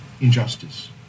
injustice